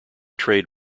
trade